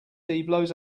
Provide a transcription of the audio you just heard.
blows